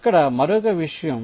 మరియు ఇక్కడ మరొక విషయం